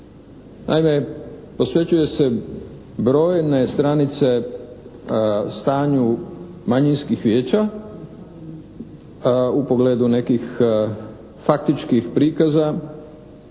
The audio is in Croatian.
posvećuje se brojne stranice stanju manjinskih vijeća u pogledu nekih faktičkih prikaza